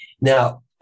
now